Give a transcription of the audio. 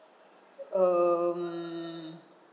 um